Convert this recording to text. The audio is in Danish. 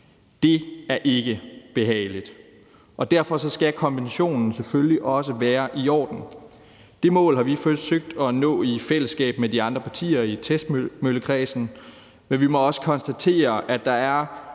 Det er ikke behageligt, og derfor skal kompensationen selvfølgelig også være i orden. Det mål har vi forsøgt at nå i fællesskab med de andre partier i testmøllekredsen, men vi må også konstatere, at der er